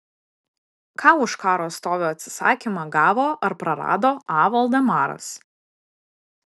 ką už karo stovio atsisakymą gavo ar prarado a voldemaras